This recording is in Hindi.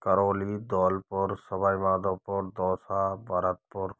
करौली धौलपुर सवाई माधवपुर दौसा भरतपुर